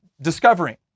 discovering